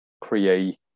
create